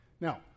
Now